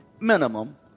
Minimum